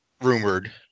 rumored